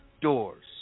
doors